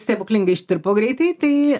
stebuklingai ištirpo greitai tai